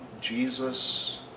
Jesus